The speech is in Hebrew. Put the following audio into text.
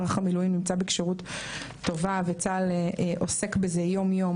מערך המילואים נמצא בכשירות טובה וצה"ל עוסק בזה יום יום